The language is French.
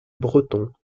breton